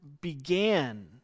began